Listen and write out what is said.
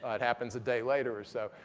ah it happens a day later or so.